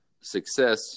success